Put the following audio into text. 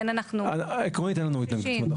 עקרונית אין לנו התנגדות.